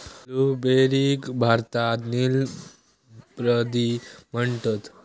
ब्लूबेरीक भारतात नील बद्री म्हणतत